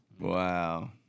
Wow